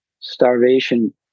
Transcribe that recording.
starvation